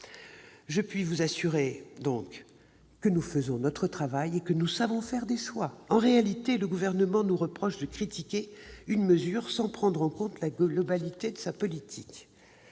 mandats actuels et passés. Nous faisons notre travail et nous savons faire des choix. En réalité, le Gouvernement nous reproche de critiquer une mesure sans prendre en compte la globalité de sa politique.